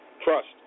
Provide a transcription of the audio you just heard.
trust